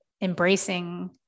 embracing